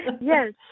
Yes